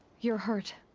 you're hurt.